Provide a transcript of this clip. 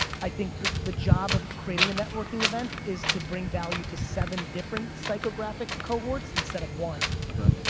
i think the the job of creating a networking event is to bring value to seven different psychographic cohorts instead of one. okay.